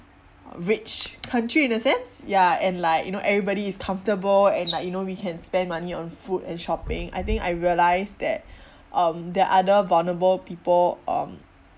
rich country in a sense ya and like you know everybody is comfortable and like you know we can spend money on food and shopping I think I realised that um the other vulnerable people um